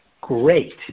great